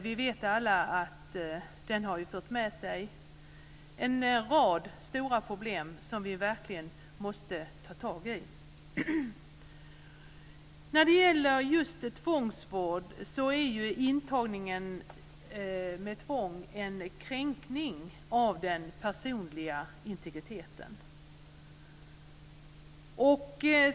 Vi vet alla att den har fört med sig en rad stora problem, som vi verkligen måste ta tag i. Vad gäller tvångsvård vill jag säga att intagning med tvång ju är en kränkning av den personliga integriteten.